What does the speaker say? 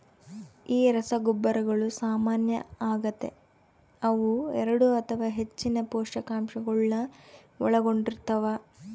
ಈ ರಸಗೊಬ್ಬರಗಳು ಸಾಮಾನ್ಯ ಆಗತೆ ಅವು ಎರಡು ಅಥವಾ ಹೆಚ್ಚಿನ ಪೋಷಕಾಂಶಗುಳ್ನ ಒಳಗೊಂಡಿರ್ತವ